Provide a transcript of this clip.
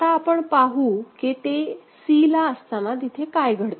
आता आपण पाहू की ते c ला असताना तिथे काय घडते